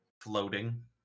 floating